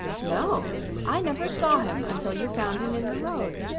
no i never saw him until you found him in the road,